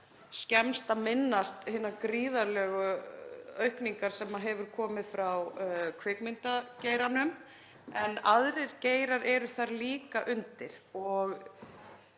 skemmst að minnast hinnar gríðarlegu aukningar sem hefur komið frá kvikmyndageiranum en aðrir geirar eru líka þar